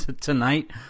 tonight